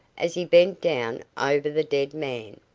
as he bent down over the dead man.